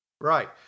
Right